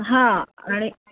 हां आणि